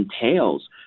entails